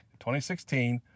2016